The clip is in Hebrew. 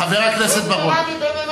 חבר הכנסת בר-און.